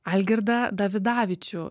algirdą davidavičių